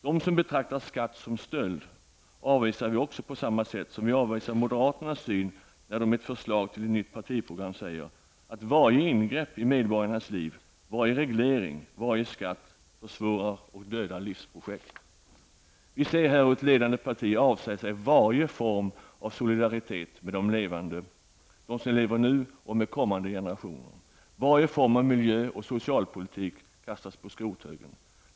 De som betraktar skatt som stöld avvisar vi också på samma sätt som vi avvisar moderaternas syn när de i ett förslag till nytt partiprogram säger: ''Varje ingrepp i medborgarnas liv, varje reglering, varje skatt försvårar och dödar livsprojekt.'' Vi ser här hur ett ledande parti avsäger sig varje form av solidaritet med dem som lever nu och med kommande generationer. Varje form av miljö och socialpolitik kastas på skrothögen.